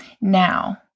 Now